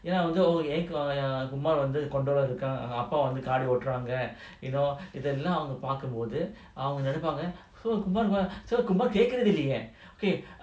kumar வந்து:vandhu you know அப்பாவந்துகாடுவெட்றாங்க:appa vandhu kaadu veturanga so kumar kumar so kumar இதெல்லாம்அவங்கபார்க்கும்போதுஅவங்கநினைப்பாங்க:idhellam avanga parkumpothu avanga nenaipanga okay